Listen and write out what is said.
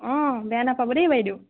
অঁ বেয়া নাপাব দেই বাইদেউ